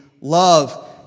love